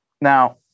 now